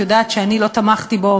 את יודעת שאני לא תמכתי בו,